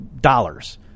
dollars